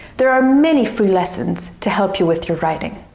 there are many free lessons to help you with your writing,